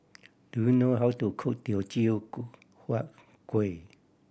do you know how to cook teochew huat kuih